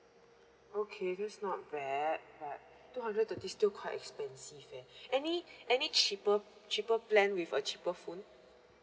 okay that's not bad but two hundred thirty still quite expensive eh any any cheaper cheaper plan with a cheaper phone